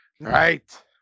Right